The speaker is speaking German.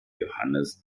johannes